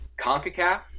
Concacaf